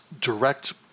direct